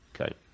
Okay